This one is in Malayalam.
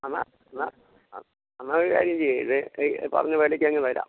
എന്നാൽ ന്നാ എന്നാൽ ഒരു കാര്യം ചെയ്യൂ ഈ ഈ പറഞ്ഞ വിലക്കങ്ങു തരാം